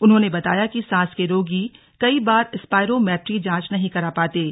उन्होंने बताया कि सांस के रोगी कई बार स्पायरोमैटरी जांच नहीं करा पाते हैं